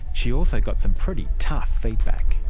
she also got some pretty tough feedback.